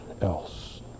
else